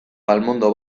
palmondo